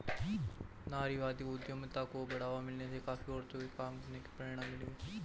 नारीवादी उद्यमिता को बढ़ावा मिलने से काफी औरतों को काम करने की प्रेरणा मिली है